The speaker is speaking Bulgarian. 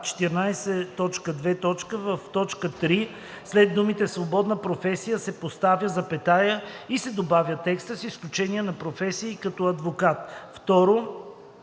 т. 3 след думите „свободна професия“ се поставя запетая и се добавя текстът „с изключение на професия като адвокат,“.